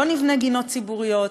לא נבנה גינות ציבוריות,